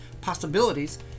possibilities